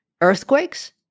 earthquakes